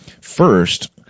first